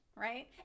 right